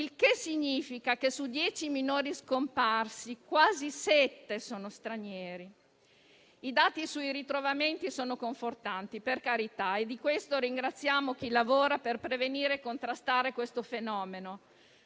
il che significa che su dieci minori scomparsi quasi sette sono stranieri. I dati sui ritrovamenti sono confortanti, per carità, e di questo ringraziamo chi lavora per prevenire e contrastare questo fenomeno.